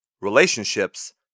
Relationships